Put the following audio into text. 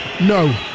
No